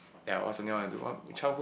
ya it was something I want to do what childhood